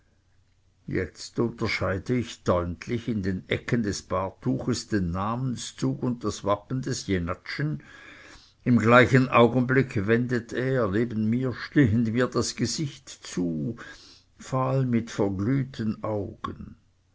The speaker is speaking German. jetzt unterscheide ich deutlich in den ecken des bahrtuches den namenszug und das wappen des jenatschen und im gleichen augenblicke wendet er neben mir stehend mir das gesicht zu fahl mit verglühten augen